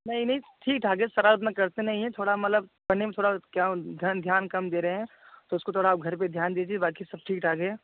नहीं नहीं ठीक ठाक है शरारत उतना करते नहीं है थोड़ा मतलब पढ़ने में थोड़ा क्या ध्यान ध्यान कम दे रही हैं तो उसको थोड़ा अब घर पर ध्यान दीजिए बाक़ी सब ठीक ठाक है